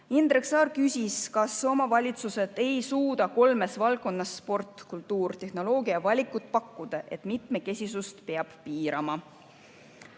Indrek Saar küsis, kas omavalitsused ei suuda kolmes valdkonnas – sport, kultuur, tehnoloogia – valikut pakkuda, et mitmekesisust peab piirama.